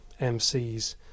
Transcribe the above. MCs